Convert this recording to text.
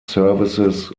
services